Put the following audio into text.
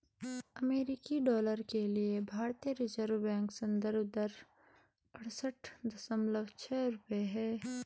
अमेरिकी डॉलर के लिए भारतीय रिज़र्व बैंक संदर्भ दर अड़सठ दशमलव छह रुपये है